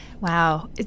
Wow